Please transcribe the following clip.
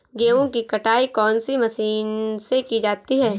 गेहूँ की कटाई कौनसी मशीन से की जाती है?